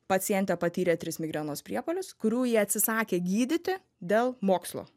pacientė patyrė tris migrenos priepuolius kurių ji atsisakė gydyti dėl mokslo